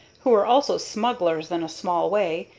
who were also smugglers in a small way,